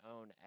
own